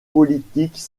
politiques